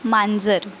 मांजर